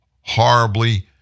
horribly